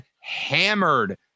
hammered